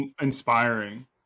inspiring